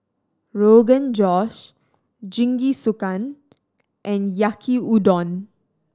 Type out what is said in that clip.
Rogan Josh Jingisukan and Yaki Udon